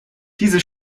diese